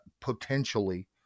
potentially